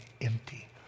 empty